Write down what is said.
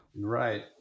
Right